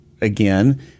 again